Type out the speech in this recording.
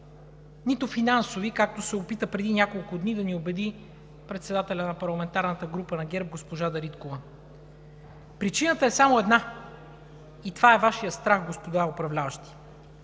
нито финансови, както преди няколко дни се опита да ни убеди председателят на парламентарната група на ГЕРБ госпожа Дариткова. Причината е само една и това е Вашият страх, господа управляващи!